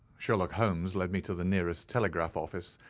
sherlock holmes led me to the nearest telegraph office,